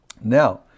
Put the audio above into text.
Now